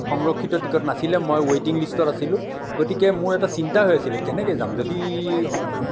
সংৰক্ষিত টিকট নাছিল মই ৱেইটিং লিষ্টত আছিলোঁ গতিকে মোৰ এটা চিন্তা হৈ আছিল কেনেকে যাম যদি